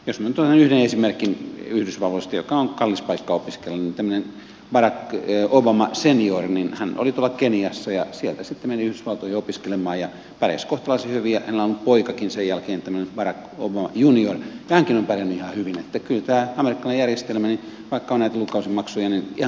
jos minä nyt otan yhden esimerkin yhdysvalloista joka on kallis paikka opiskella niin tämmöinen barack obama senior oli tuolla keniassa ja sieltä sitten meni yhdysvaltoihin opiskelemaan ja pärjäsi kohtalaisen hyvin ja hänelle on poikakin sen jälkeen tullut tämmöinen barack obama junior ja hänkin on pärjännyt ihan hyvin niin että kyllä tämä amerikkalainen järjestelmä vaikka on näitä lukukausimaksuja ihan kohtuullisen säätykierron takaa